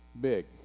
Big